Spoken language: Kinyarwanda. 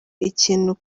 ikintu